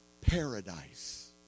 paradise